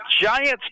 Giants